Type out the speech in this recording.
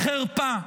חרפה.